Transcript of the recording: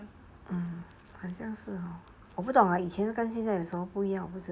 ah 好像很我不懂啊以前跟现在有什么不一样我不知道